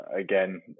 again